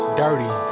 dirty